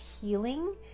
healing